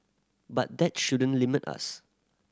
but that shouldn't limit us